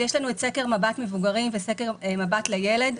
יש לנו את סקר מב"ת מבוגרים וסקר מב"ת לילד,